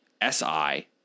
S-I